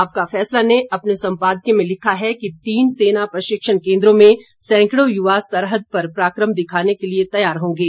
आपका फैसला ने अपने सम्पादकीय में लिखा है कि तीन सेना प्रशिक्षण केन्द्रों में सैकड़ों युवा सरहद पर पराक्रम दिखाने के लिये तैयार होंगे